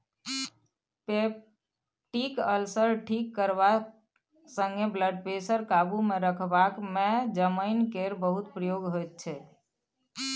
peptic ulcer ठीक करबा संगे ब्लडप्रेशर काबुमे रखबाक मे जमैन केर बहुत प्रयोग होइ छै